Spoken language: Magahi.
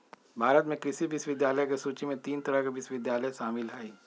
भारत में कृषि विश्वविद्यालय के सूची में तीन तरह के विश्वविद्यालय शामिल हई